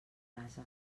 casa